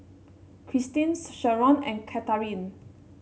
Kristin Sherron and Catharine